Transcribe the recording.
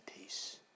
peace